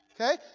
okay